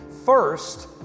First